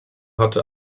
hatte